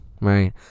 right